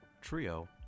Trio